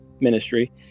ministry